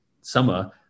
summer